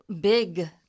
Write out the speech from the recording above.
big